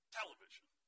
television